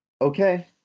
Okay